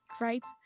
Right